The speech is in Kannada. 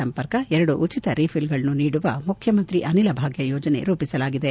ಸಂಪರ್ಕ ಎರಡು ಉಚಿತ ರಿಫಿಲ್ಗಳನ್ನು ನೀಡುವ ಮುಖ್ಯಮಂತ್ರಿ ಅನಿಲ ಭಾಗ್ಯ ಯೋಜನೆ ರೂಪಿಸಲಾಗಿದೆ